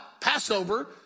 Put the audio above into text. Passover